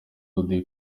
audio